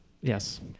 yes